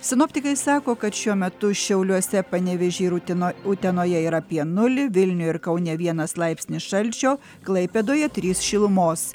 sinoptikai sako kad šiuo metu šiauliuose panevėžy ir utenoj utenoje yra apie nulį vilniuj ir kaune vienas laipsnis šalčio klaipėdoje trys šilumos